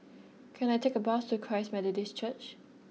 can I take a bus to Christ Methodist Church